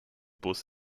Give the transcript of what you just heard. bus